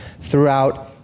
throughout